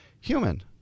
human